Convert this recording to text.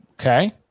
Okay